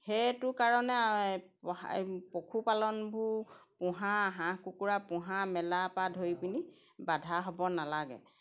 সেইটো কাৰণে পশুপালনবোৰ পোহা হাঁহ কুকুৰা পোহা মেলাপা ধৰি পিনি বাধা হ'ব নালাগে